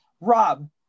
Rob